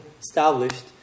established